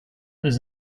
was